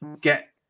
Get